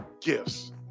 gifts